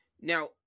Now